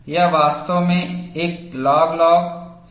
यह वास्तव में एक लॉग लॉग सारणी है